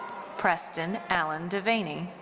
preston alan devaney.